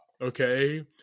okay